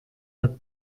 hat